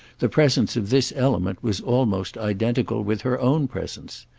the presence of this element was almost identical with her own presence.